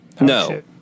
no